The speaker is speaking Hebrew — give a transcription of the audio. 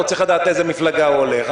הוא צריך לדעת לאיזה מפלגה הוא הולך.